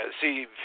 see